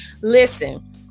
listen